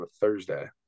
Thursday